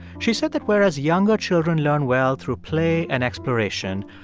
she said that whereas younger children learn well through play and exploration,